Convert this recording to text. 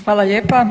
Hvala lijepa.